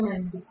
స్పష్టమైన